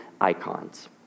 icons